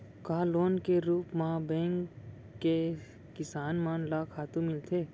का लोन के रूप मा बैंक से किसान मन ला खातू मिलथे?